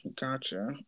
Gotcha